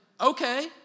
okay